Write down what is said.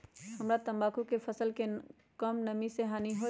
हमरा तंबाकू के फसल के का कम नमी से हानि होई?